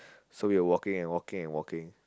so we are walking and walking and walking